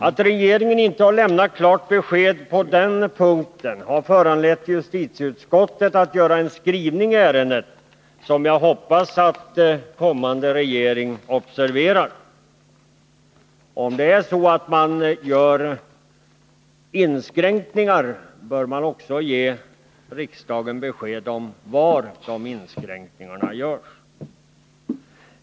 Att regeringen inte lämnat klara besked på den punkten har föranlett justitieutskottet att göra en skrivning i ärendet, som jag hoppas att kommande regering observerar. Om man gör inskränkningar, då bör man också i riksdagen ge besked om var de inskränkningarna skall göras.